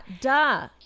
duh